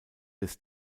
des